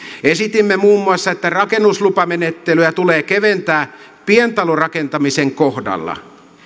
esitimme muun muassa että rakennuslupamenettelyä tulee keventää pientalorakentamisen kohdalla